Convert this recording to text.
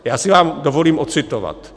Já si vám dovolím ocitovat: